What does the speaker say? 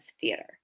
theater